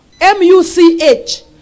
M-U-C-H